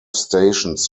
stations